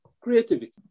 creativity